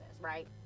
right